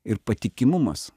ir patikimumas